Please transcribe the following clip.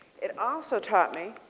it also taught me